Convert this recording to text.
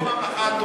בדיוק.